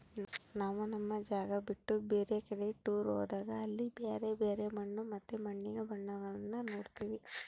ನಾವು ನಮ್ಮ ಜಾಗ ಬಿಟ್ಟು ಬೇರೆ ಕಡಿಗೆ ಟೂರ್ ಹೋದಾಗ ಅಲ್ಲಿ ಬ್ಯರೆ ಬ್ಯರೆ ಮಣ್ಣು ಮತ್ತೆ ಮಣ್ಣಿನ ಬಣ್ಣಗಳನ್ನ ನೋಡ್ತವಿ